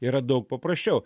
yra daug paprasčiau